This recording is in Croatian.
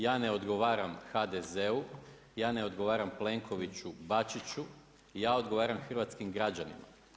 Ja ne odgovaram HDZ-u, ja ne odgovaram Plenkoviću, Bačiću, ja odgovaram hrvatskim građanima.